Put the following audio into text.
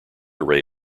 array